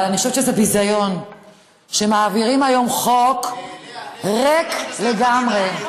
אבל אני חושבת שזה ביזיון שמעבירים היום חוק ריק לגמרי.